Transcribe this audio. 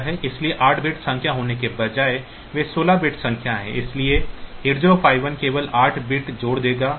इसलिए 8 बिट संख्या होने के बजाय वे 16 बिट संख्या हैं लेकिन 8 0 5 1 केवल 8 बिट जोड़ देगा